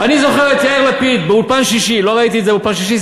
אני זוכר את יאיר לפיד ב"אולפן שישי" לא ראיתי "אולפן שישי",